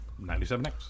97X